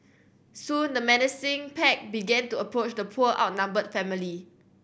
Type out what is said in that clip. soon the menacing pack began to approach the poor outnumbered family